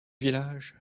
village